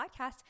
podcast